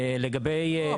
לא,